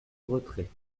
retrait